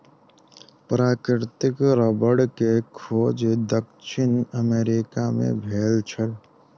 प्राकृतिक रबड़ के खोज दक्षिण अमेरिका मे भेल छल